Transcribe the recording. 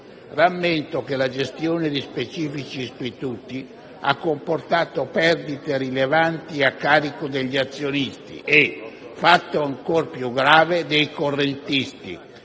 Rammento che la gestione di specifici istituti ha comportato perdite rilevanti a carico degli azionisti e, fatto ancor più grave, dei correntisti,